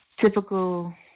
typical